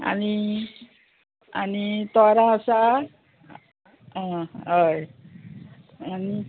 आनी आनी तोरां आसा आ होय आनी